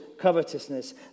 covetousness